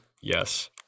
Yes